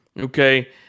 okay